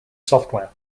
software